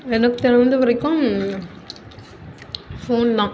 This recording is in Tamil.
எனக்கு தெரிந்த வரைக்கும் ஃபோன் தான்